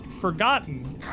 forgotten